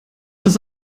das